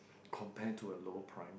compare to a lower prime